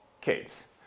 kids